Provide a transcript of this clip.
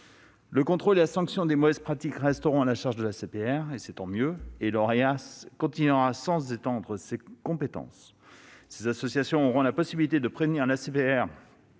Le contrôle et la sanction des mauvaises pratiques resteront à la charge de l'ACPR, et c'est tant mieux, et l'Orias continuera sans étendre ses compétences. Ces associations auront la possibilité de prévenir l'ACPR